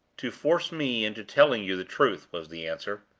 to force me into telling you the truth, was the answer.